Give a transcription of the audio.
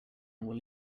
will